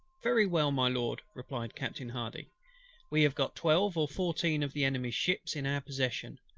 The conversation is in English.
very well, my lord, replied captain hardy we have got twelve or fourteen of the enemy's ships in our possession